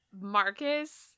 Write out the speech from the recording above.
Marcus